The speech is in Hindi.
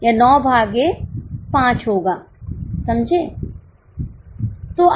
तो यह 9 भागे 5 होगा समझे